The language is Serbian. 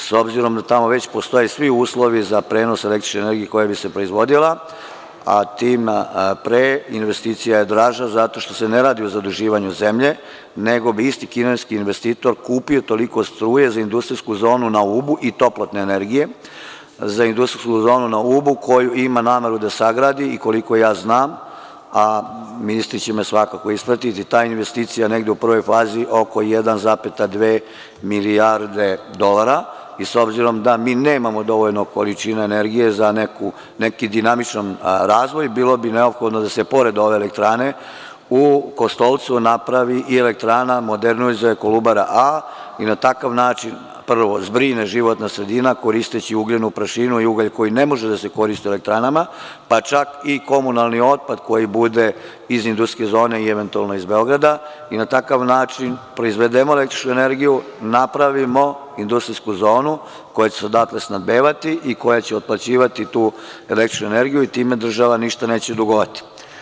S obzirom da tamo već postoje svi uslovi za prenos električne energije koja bi se proizvodila, a tim pre, investicija je draža zato što se ne radi o zaduživanju zemlje, nego bi isti kineski investitor kupio toliko struje i toplotne energije za industrijsku zonu na Ubu, koju ima nameru da sagradi koliko ja znam, a ministri će me svakako ispratiti, ta investicija je negde u prvoj fazi oko 1,2 milijarde dolara i s obzirom da mi nemamo dovoljno količine energije za neki dinamičan razvoj, bilo bi neophodno da se pored ove elektrane u Kostolcu, napravi i elektrana, modernizuje Kolubara A i na takav način prvo zbrine životna sredina koristeći ugljenu prašinu i ugalj koji ne može da se koristi u elektranama, pa čak i komunalni otpad koji bude iz industrijske zone i eventualno iz Beograda i na takav način proizvedemo električnu energiju, napravimo industrijsku zonu koja će se odatle snabdevati i koja će otplaćivati tu električnu energiju i time država ništa neće dugovati.